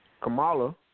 Kamala